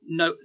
no